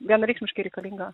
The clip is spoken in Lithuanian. vienareikšmiškai reikalinga